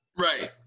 Right